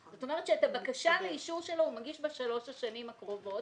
את הבקשה לאישור הוא מגיש בשלוש השנים הקרובות